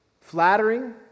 flattering